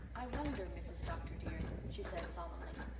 i wonder, mrs. dr. dear, she said solemnly,